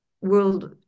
world